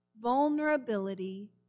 Vulnerability